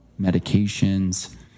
medications